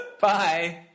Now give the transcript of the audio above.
Bye